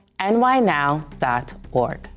nynow.org